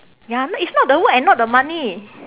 ya n~ it's not the work and not the money